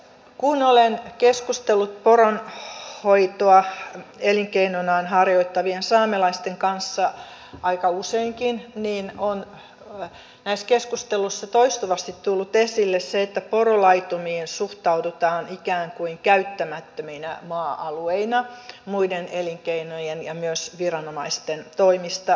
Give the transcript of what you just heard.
kun olen keskustellut poronhoitoa elinkeinonaan harjoittavien saamelaisten kanssa aika useinkin niin on näissä keskusteluissa toistuvasti tullut esille se että porolaitumiin suhtaudutaan ikään kuin käyttämättöminä maa alueina muiden elinkeinojen ja myös viranomaisten toimesta